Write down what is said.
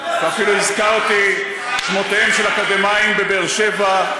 ואפילו הזכרתי את שמותיהם של אקדמאים מבאר-שבע,